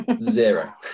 Zero